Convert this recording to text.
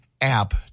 app